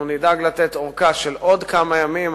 אנחנו נדאג לתת ארכה של עוד כמה ימים,